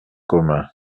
comin